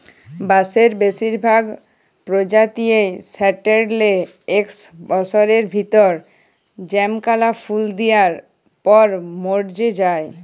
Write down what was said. বাঁসের বেসিরভাগ পজাতিয়েই সাট্যের লে একস বসরের ভিতরে জমকাল্যা ফুল দিয়ার পর মর্যে যায়